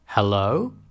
Hello